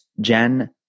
Jen